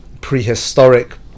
prehistoric